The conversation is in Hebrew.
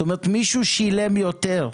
זאת אומרת מישהו שילם יותר,